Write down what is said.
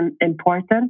important